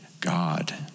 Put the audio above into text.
God